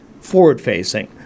forward-facing